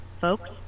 folks